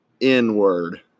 N-word